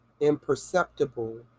imperceptible